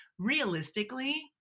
realistically